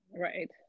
Right